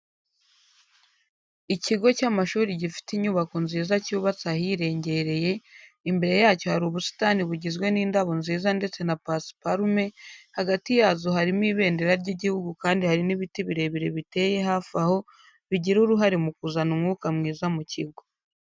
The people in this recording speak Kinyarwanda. Ikigo cy'amashuri gifite inyubako nziza cyubatse ahirengereye imbere yacyo hari ubusitani bugizwe n'indabo nziza ndetse na pasiparume hagati yazo harimo ibendera ry'igihugu kandi hari n'ibiti birebire biteye hafi aho bigira uruhare mu kuzana umwuka mwiza mu kigo.